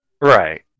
Right